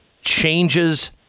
changes